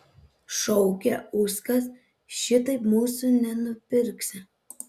šaukė uskas šitaip mūsų nenupirksi